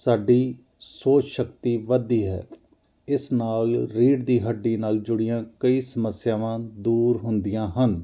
ਸਾਡੀ ਸੋਚ ਸ਼ਕਤੀ ਵਧਦੀ ਹੈ ਇਸ ਨਾਲ ਰੀੜ੍ਹ ਦੀ ਹੱਡੀ ਨਾਲ ਜੁੜੀਆਂ ਕਈ ਸਮੱਸਿਆਵਾਂ ਦੂਰ ਹੁੰਦੀਆਂ ਹਨ